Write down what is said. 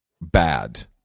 bad